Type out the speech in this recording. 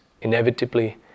inevitably